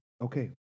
okay